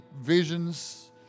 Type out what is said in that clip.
visions